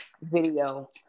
video